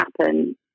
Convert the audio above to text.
happen